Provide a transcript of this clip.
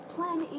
Plan